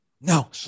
No